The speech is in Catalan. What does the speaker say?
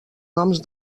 noms